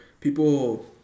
people